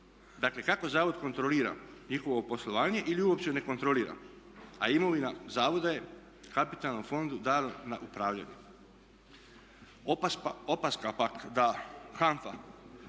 Dakle, kako zavod kontrolira njihovo poslovanje ili uopće ne kontrolira a imovina zavoda je kapitalnom fondu dana na upravljanje. Opaska pak da HANFA